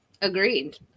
Agreed